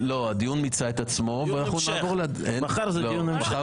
לא, הדיון מיצה את עצמו ואנחנו נעבור מחר להצבעה.